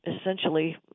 essentially